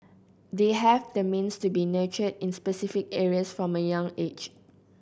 they have the means to be nurtured in specific areas from a young age